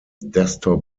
desktop